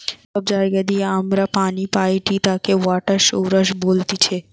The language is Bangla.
যে সব জায়গা দিয়ে আমরা পানি পাইটি তাকে ওয়াটার সৌরস বলতিছে